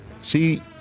see